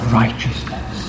righteousness